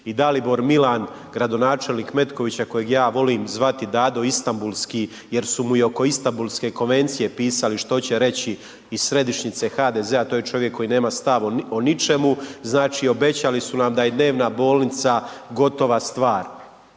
i Dalibor Milan gradonačelnik Metkovića kojeg ja volim zvati Dado Istambulski jer su mi i oko Istambulske konvencije pisali što će reći iz središnjice HDZ-a, to je čovjek koji nema stav o ničemu, znači obećali su nam da je dnevna bolnica gotova stvar.